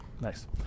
Nice